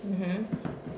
mmhmm